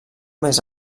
més